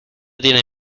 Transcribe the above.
tiene